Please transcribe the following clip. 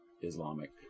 Islamic